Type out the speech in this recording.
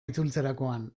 itzultzerakoan